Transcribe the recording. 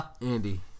Andy